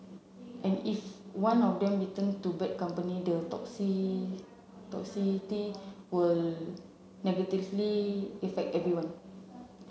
and if one of them return to bad company the toxicity will negatively affect everyone